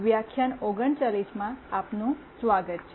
વ્યાખ્યાન 39માં આપનું સ્વાગત છે